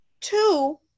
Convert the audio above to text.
Two